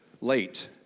late